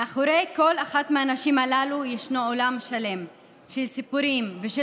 מאחורי כל אחת מהנשים הללו ישנו עולם שלם של סיפורים ושל